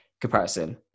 comparison